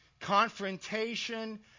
confrontation